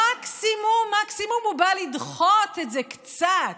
מקסימום מקסימום הוא בא לדחות את זה קצת,